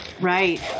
Right